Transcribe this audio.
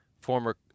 former